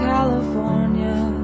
California